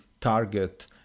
target